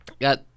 got